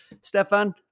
Stefan